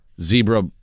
zebra